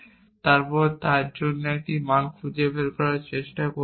এবং তারপর তার জন্য একটি মান খুঁজে বের করার চেষ্টা করুন